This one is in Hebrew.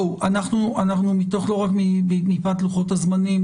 לא רק מפאת לוחות הזמנים,